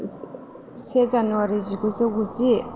से जानुवारि जिगुजौ गुजि